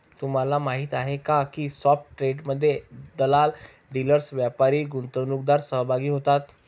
तुम्हाला माहीत आहे का की स्पॉट ट्रेडमध्ये दलाल, डीलर्स, व्यापारी, गुंतवणूकदार सहभागी होतात